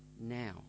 now